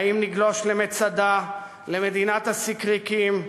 האם נגלוש למצדה, למדינת הסיקריקים,